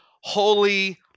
holy